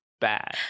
bad